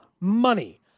money